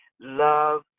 Love